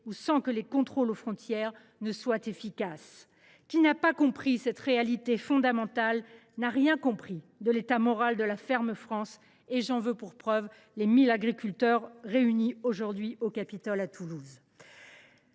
et que les contrôles aux frontières sont inefficaces. Qui n’a pas compris cette réalité fondamentale n’a rien compris à l’état moral de la ferme France. J’en veux pour preuve les 1 000 agriculteurs réunis aujourd’hui sur la place du Capitole à Toulouse.